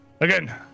Again